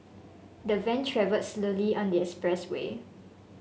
the van travelled slowly on the expressway